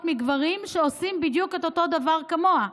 מגברים שעושים בדיוק את אותו דבר כמותן.